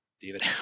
David